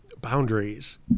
boundaries